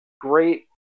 great